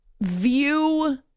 view